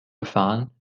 gefahren